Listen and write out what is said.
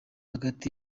hagati